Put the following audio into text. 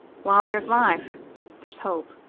while there's life there's hope.